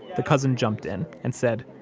the cousin jumped in and said,